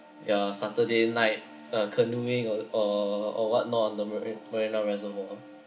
their saturday night uh canoeing or or or whatnot the mari~ marina reservoir